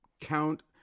count